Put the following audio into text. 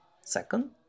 second